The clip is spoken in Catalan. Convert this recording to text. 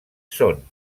són